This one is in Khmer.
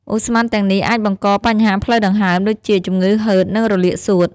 ឧស្ម័នទាំងនេះអាចបង្កបញ្ហាផ្លូវដង្ហើមដូចជាជំងឺហឺត និងរលាកសួត។